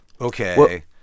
okay